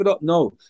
No